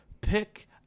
pick